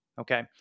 Okay